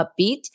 upbeat